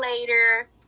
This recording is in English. later